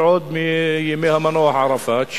ועוד מימי המנוח ערפאת,